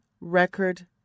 record